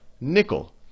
nickel